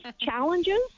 challenges